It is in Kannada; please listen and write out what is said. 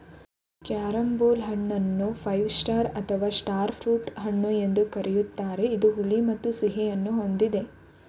ಕ್ಯಾರಂಬೋಲ್ ಹಣ್ಣನ್ನು ಫೈವ್ ಸ್ಟಾರ್ ಅಥವಾ ಸ್ಟಾರ್ ಫ್ರೂಟ್ ಹಣ್ಣು ಎಂದು ಕರಿತಾರೆ ಇದು ಹುಳಿ ಮತ್ತು ಸಿಹಿಯನ್ನು ಹೊಂದಿದೆ